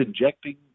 injecting